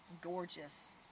Gorgeous